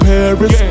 Paris